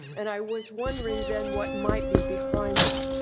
and i was wondering, then, what might be behind that.